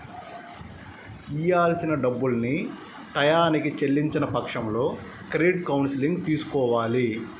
ఇయ్యాల్సిన డబ్బుల్ని టైయ్యానికి చెల్లించని పక్షంలో క్రెడిట్ కౌన్సిలింగ్ తీసుకోవాలి